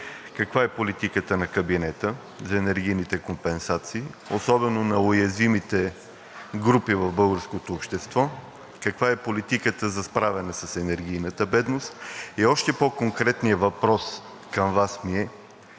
Каква е политиката на кабинета за енергийните компенсации, особено на уязвимите групи в българското общество? Каква е политиката за справяне с енергийната бедност? И още по-конкретния ми въпрос към Вас е: